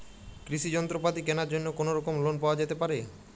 কৃষিযন্ত্রপাতি কেনার জন্য কোনোরকম লোন পাওয়া যেতে পারে?